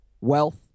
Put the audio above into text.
wealth